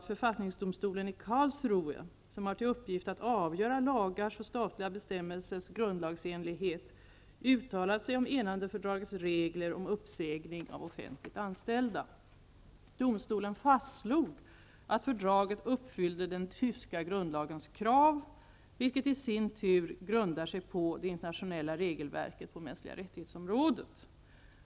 Författningsdomstolen i Karlsruhe, som har till uppgift att avgöra lagars och statliga bestämmelsers grundlagsenlighet, har vidare uttalat sig om enandefördragets regler om uppsägning av offentligt anställda. Domstolen har fastslagit att fördraget uppfyller den tyska grundlagens krav, vilket i sin tur grundar sig på det internationella regelverket när det gäller de mänskliga rättigheterna.